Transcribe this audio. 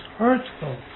hurtful